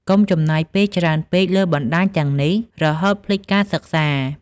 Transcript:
កុំចំណាយពេលច្រើនពេកលើបណ្តាញទាំងនេះ រហូតភ្លេចការសិក្សា។